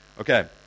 Okay